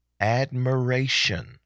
admiration